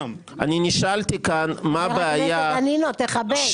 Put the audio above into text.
נשאלתי כאן מה הבעיה שבתקופה